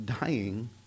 dying